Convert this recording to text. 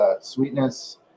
sweetness